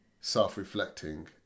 self-reflecting